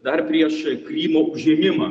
dar prieš krymo užėmimą